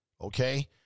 okay